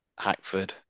Hackford